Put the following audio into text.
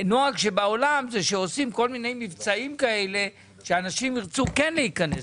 נהגו בעולם שעושים כל מיני מבצעים שאנשים ירצו להיכנס.